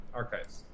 archives